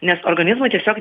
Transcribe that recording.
nes organizmui tiesiog